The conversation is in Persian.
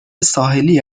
ساحلی